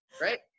right